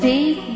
Big